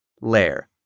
layer